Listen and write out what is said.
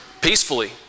peacefully